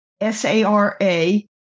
S-A-R-A